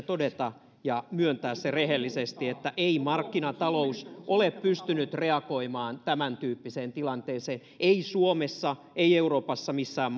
todeta ja myöntää se rehellisesti että ei markkinatalous ole pystynyt reagoimaan tämäntyyppiseen tilanteeseen ei suomessa ei euroopassa missään